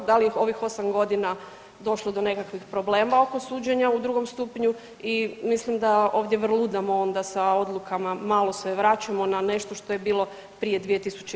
Da li je u ovih 8 godina došlo do nekakvih problema oko suđenja u drugom stupnju i mislim da ovdje vrludamo onda sa odlukama malo se vraćamo na nešto što je bilo prije 2014.